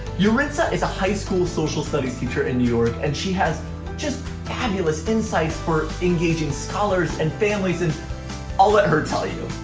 yaritza is a high school social studies teacher in new york and she has just fabulous insights for engaging scholars and families, and i'll let her tell you.